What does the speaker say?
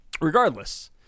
regardless